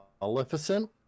maleficent